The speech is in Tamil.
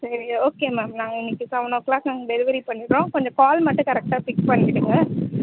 சரி ஓகே மேம் நாங்கள் இன்னக்கு செவன் ஓ கிளாக் நாங்கள் டெலிவரி பண்ணிடுறோம் கொஞ்சம் கால் மட்டும் கரெக்டாக பிக் பண்ணிவிடுங்க